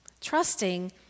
Trusting